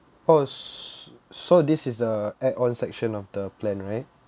oh so this is the add on section of the plan right